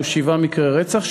היו שבעה מקרי רצח,